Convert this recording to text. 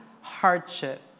hardship